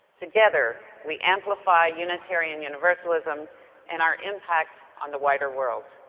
together we amplify unitarian universalism and our impact on the wider world.